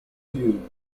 you